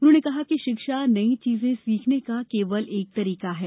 उन्होंने कहा कि शिक्षा नई चीजें सीखने का केवल एक तरीका है